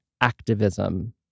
activism